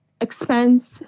expense